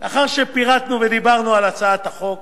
לאחר שפירטנו ודיברנו על הצעת החוק,